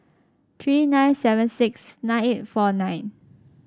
three nine seven six nine eight four nine